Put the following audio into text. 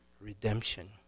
redemption